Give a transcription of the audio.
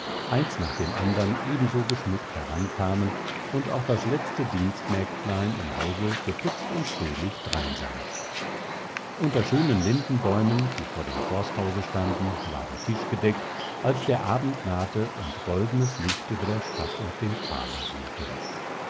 eins nach dem andern ebenso geschmückt herankamen und auch das letzte dienstmägdlein im hause geputzt und fröhlich dreinsah unter schönen lindenbäumen die vor dem forsthause standen war der tisch gedeckt als der abend nahte und goldenes licht über der stadt und dem tale ruhte